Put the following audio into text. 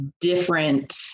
different